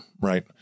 right